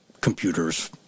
computers